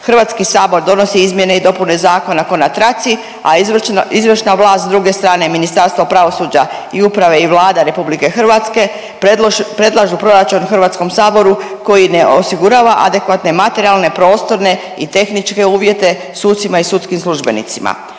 HS donosi izmjene i dopune zakona ko na traci, a izvršna vlast s druge strane Ministarstvo pravosuđa i uprave i Vlada RH predlažu proračun HS koji ne osigurava neadekvatne materijalne, prostorne i tehničke uvjete sucima i sudskim službenicima.